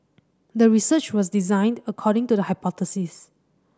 the research was designed according to the hypothesis